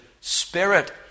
spirit